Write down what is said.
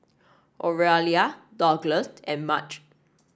Oralia Douglas and Madge